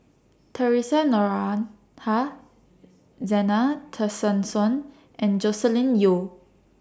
Theresa Noronha Zena Tessensohn and Joscelin Yeo